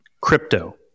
Crypto